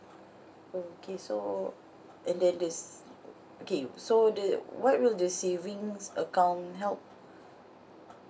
okay so and then this okay so the what will the savings account help